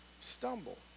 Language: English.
stumble